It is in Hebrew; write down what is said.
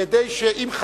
כדי שאם,